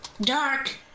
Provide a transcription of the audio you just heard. Dark